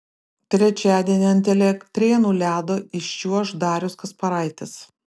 trečiadienį ant elektrėnų ledo iščiuoš darius kasparaitis